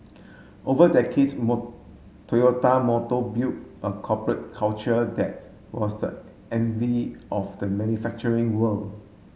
over decades Toyota Motor built a corporate culture that was the envy of the manufacturing world